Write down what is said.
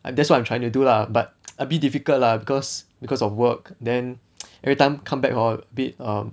that's what I'm trying to do lah but a bit difficult lah because because of work then everytime come back hor a bit err